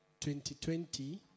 2020